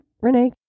Renee